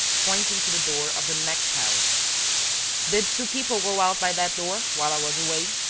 pointing to the door of the next house did two people go out by that door while i was away?